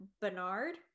bernard